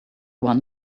one